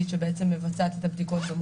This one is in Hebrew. כן, כן,